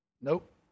nope